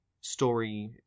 story